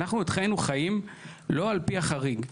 אנחנו את חיינו חיים לא על פי החריג.